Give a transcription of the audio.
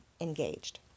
engaged